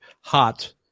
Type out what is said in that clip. hot